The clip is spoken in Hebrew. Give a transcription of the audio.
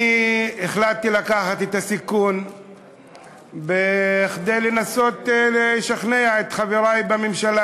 אני החלטתי לקחת את הסיכון כדי לנסות לשכנע את חברי בממשלה